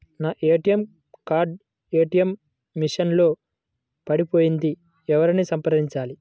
నా ATM card ATM machine లో పడిపోయింది ఎవరిని సంప్రదించాలి?